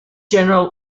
general